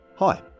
Hi